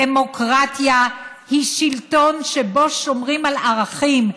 דמוקרטיה היא שלטון שבו שומרים על ערכים,